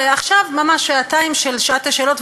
ועכשיו ממש שעתיים של שעת שאלות,